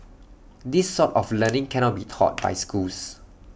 this sort of learning cannot be taught by schools